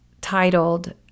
titled